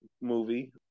movie